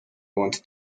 wanted